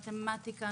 מתמטיקה,